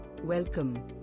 Welcome